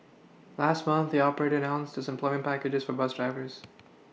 last month the operator announced its employment package for bus drivers